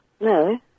No